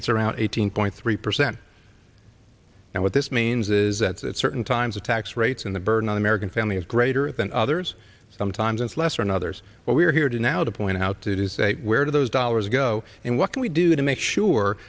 it's around eighteen point three percent and what this means is that certain times of tax rates in the burden on american family is greater than others sometimes it's less or another's but we are here to now to point out that is where do those dollars go and what can we do to make sure